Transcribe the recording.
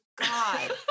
God